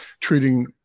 treating